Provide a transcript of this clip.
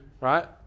right